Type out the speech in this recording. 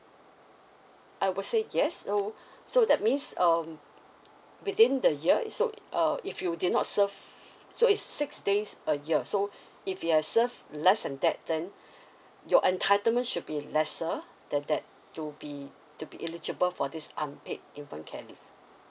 I would say yes so so that means um within the year so uh if you did not serve so it's six days a year so if you have served less than that then your entitlement should be lesser than that to be to be eligible for this unpaid infant care leave